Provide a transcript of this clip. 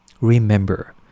remember